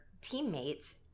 teammates